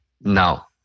Now